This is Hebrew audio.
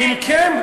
מכם?